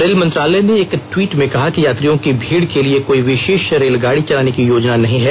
rail मंत्रालय ने एक ट्वीट में कहा कि यात्रियों की भीड़ के लिए कोई विशेष रेलगाड़ी चलाने की योजना नहीं है